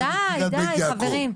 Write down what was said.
דיי, דיי חברים.